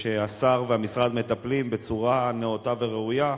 והשר והמשרד מטפלים בצורה נאותה וראויה.